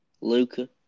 Luca